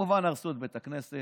כמובן הרסו את בית הכנסת,